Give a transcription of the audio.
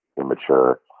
immature